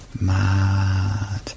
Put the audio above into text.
mad